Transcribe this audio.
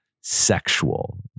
sexual